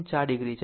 4 o છે